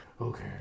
Okay